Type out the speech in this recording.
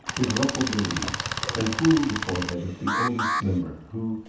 it ruffled the leaves and cooled the forehead of the oldest member, who,